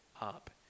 up